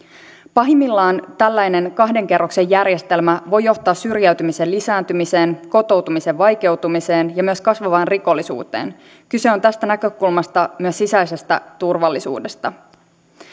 pahimmillaan tällainen kahden kerroksen järjestelmä voi johtaa syrjäytymisen lisääntymiseen kotoutumisen vaikeutumiseen ja myös kasvavaan rikollisuuteen kyse on tästä näkökulmasta myös sisäisestä turvallisuudesta